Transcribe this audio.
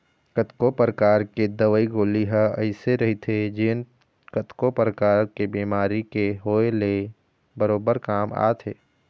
कतको परकार के दवई गोली ह अइसे रहिथे जेन कतको परकार के बेमारी के होय ले बरोबर काम आथे